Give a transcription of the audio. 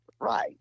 Right